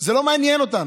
זה לא מעניין אותנו.